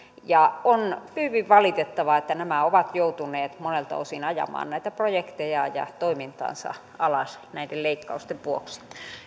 on hyvin valitettavaa että nämä ovat joutuneet monelta osin ajamaan projektejaan ja toimintaansa alas näiden leikkausten vuoksi